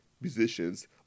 musicians